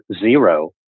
zero